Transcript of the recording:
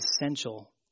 essential